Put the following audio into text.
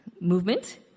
movement